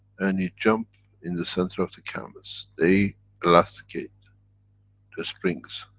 and you jump in the center of the canvas, they elasticate the springs.